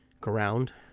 ground